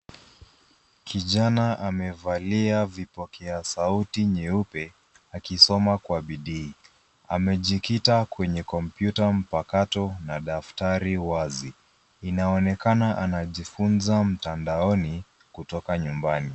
Kijana amevalia vipokea sauti nyeupe akisoma kwa bidii. Amejikita kwenye kompyuta mpakato na daftari wazi. Inaonekana anajifunza mtandaoni kutoka nyumbani.